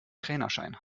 trainerschein